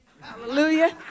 Hallelujah